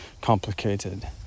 complicated